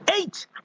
Eight